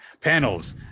panels